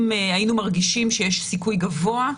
אם היינו מרגישים שיש סיכוי גבוה,